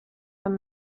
than